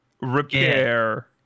Repair